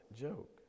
joke